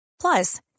Plus